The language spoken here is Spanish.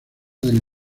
del